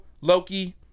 Loki